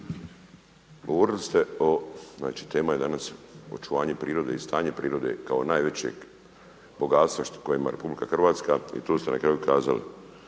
Govorili ste o, znači tema je danas očuvanje prirode i stanje prirode kao najvećeg bogatstva kojima RH i tu ste na kraju kazali.